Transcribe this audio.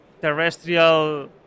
terrestrial